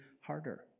harder